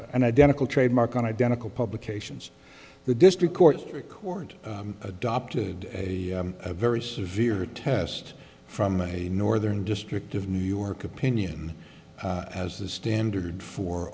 and identical trademark on identical publications the district court record adopted a very severe test from a northern district of new york opinion as the standard for